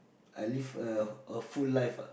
I live a a full life